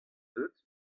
deuet